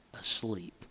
asleep